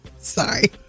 Sorry